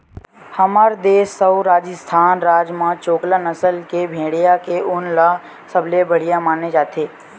हमर देस अउ राजिस्थान राज म चोकला नसल के भेड़िया के ऊन ल सबले बड़िया माने जाथे